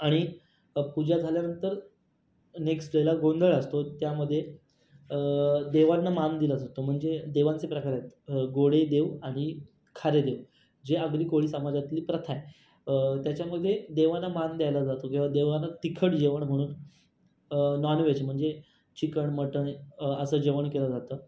आणि पूजा झाल्यानंतर नेक्स्ट डेला गोंधळ असतो त्यामध्ये देवांना मान दिला जातो म्हणजे देवांचे प्रकार आहेत गोडेदेव आणि खारेदेव जे आगरी कोळी समाजातली प्रथा आहे त्याच्यामध्ये देवांना मान द्यायला जातो किंवा देवांना तिखट जेवण म्हणून नॉनवेज म्हणजे चिकण मटण असं जेवण केलं जातं